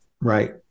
Right